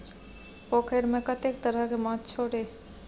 पोखैरमे कतेक तरहके माछ छौ रे?